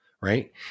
right